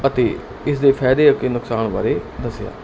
ਅਤੇ ਇਸ ਦੇ ਫਾਇਦੇ ਅਤੇ ਨੁਕਸਾਨ ਬਾਰੇ ਦੱਸਿਆ